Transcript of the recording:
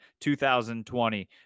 2020